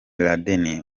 laden